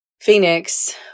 Phoenix